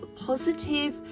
positive